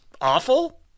awful